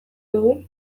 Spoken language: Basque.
dugu